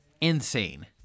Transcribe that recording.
Insane